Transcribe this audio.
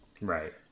Right